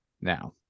Now